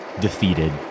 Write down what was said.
defeated